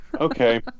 Okay